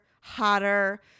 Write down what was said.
hotter